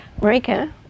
Marika